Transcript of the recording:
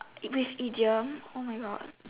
which idiom oh my God